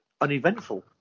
uneventful